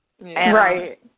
Right